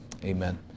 Amen